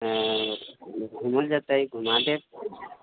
घुमल जेतै घुमा देब